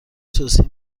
توصیه